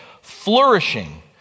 Flourishing